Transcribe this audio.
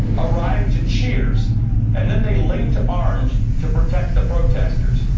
arrived to cheers and then they linked to arms to protect the protesters.